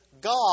God